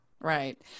Right